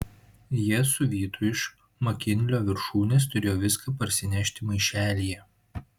jie su vytu iš makinlio viršūnės turėjo viską parsinešti maišelyje